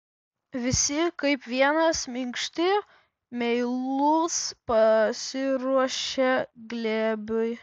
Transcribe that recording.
visi kaip vienas minkšti meilūs pasiruošę glėbiui